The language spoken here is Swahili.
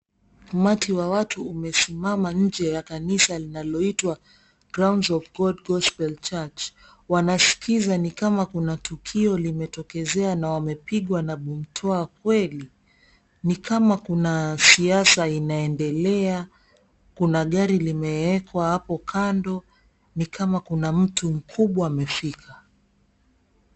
Umati wa watu umesimama nje ya kanisa linaloitwa Grounds of God Gospel Church. Wanaskiza ni kama kuna tukio limetokezea na wamepigwa na butwa kweli. Nikama kuna siasa inaendelea, kuna gari limeekwa hapo kando, nikama kuna mtu mkubwa amefika.